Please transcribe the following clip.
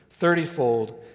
thirtyfold